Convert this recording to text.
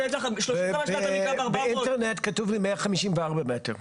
באינטרנט כתוב 154 מטרים,